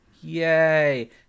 Yay